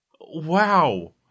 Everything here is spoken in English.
Wow